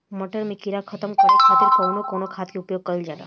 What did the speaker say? मटर में कीड़ा खत्म करे खातीर कउन कउन खाद के प्रयोग कईल जाला?